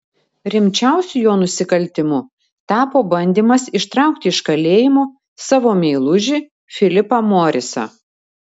rimčiausiu jo nusikaltimu tapo bandymas ištraukti iš kalėjimo savo meilužį filipą morisą